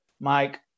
Mike